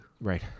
Right